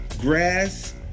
Grass